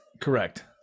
Correct